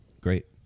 Great